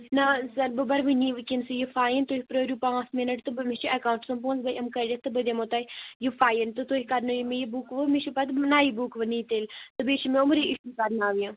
نہ حٲز سَر بہٕ بَر وٕنۍ وٕنۍ کیٚنسےٕ یہِ فَیِن تُہۍ پیٚرِو پانٛژ مِنَٹ تہٕ بہٕ وٕچھِ ایٚکاونٛٹَس منٛز پونٛسہٕ بہٕ یِم کٔڈِتھ تہٕ بہٕ دِمو تۄہہِ یہِ فَایِن تہٕ تُہۍ کَر نٲوِو مےٚ یہِ بُک وُک مےٚ چھُ پَتہٕ نَیہِ بُک وَنۍ نِنۍ تیٚلہِ تہٕ بیٚیہِ چھِ مےٚ وُمرِ پَرناوٕنۍ